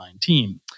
team